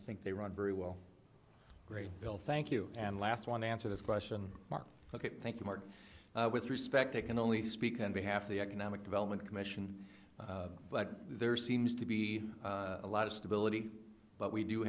think they run very well great bill thank you and last one answer this question mark thank you mark with respect they can only speak on behalf of the economic development commission but there seems to be a lot of stability but we do